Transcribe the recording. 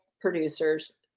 producers